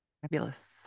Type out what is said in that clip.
Fabulous